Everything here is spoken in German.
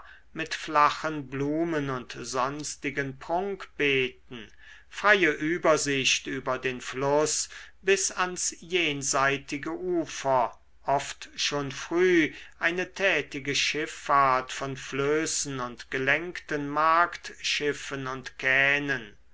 mit flachen blumen und sonstigen prunkbeeten freie übersicht über den fluß bis ans jenseitige ufer oft schon früh eine tätige schiffahrt von flößen und gelenkten marktschiffen und kähnen